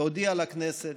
להודיע לכנסת,